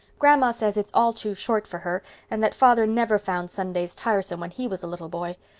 grandma says it's all too short for her and that father never found sundays tiresome when he was a little boy.